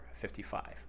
55